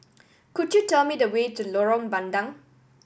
could you tell me the way to Lorong Bandang